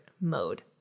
mode